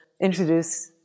introduce